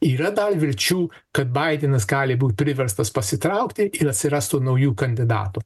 yra dar vilčių kad baidenas gali būt priverstas pasitraukti ir atsiras tų naujų kandidatų